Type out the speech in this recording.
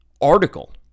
article